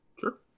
Sure